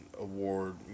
award